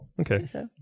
Okay